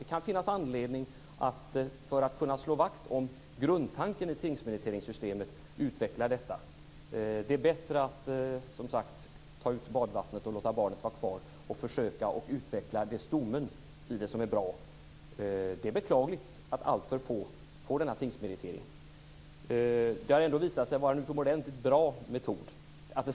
Det kan finnas anledning att för att kunna slå vakt om grundtanken i tingsmeriteringssystemet utveckla detta. Det är bättre, som sagt, att ta ut badvattnet och låta barnet vara kvar och att försöka utveckla stommen i det som är bra. Det är beklagligt att alltför få får denna tingsmeritering. Det har ändå visat sig vara en utomordentligt bra metod.